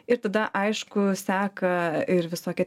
ir tada aišku seka ir visokie